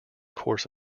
course